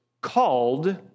called